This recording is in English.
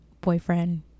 boyfriend